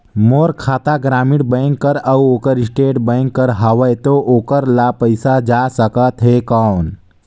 मोर खाता ग्रामीण बैंक कर अउ ओकर स्टेट बैंक कर हावेय तो ओकर ला पइसा जा सकत हे कौन?